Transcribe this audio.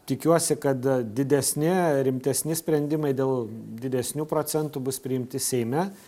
tikiuosi kad didesni rimtesni sprendimai dėl didesnių procentų bus priimti seime